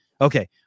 Okay